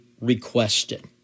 requested